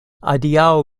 adiaŭ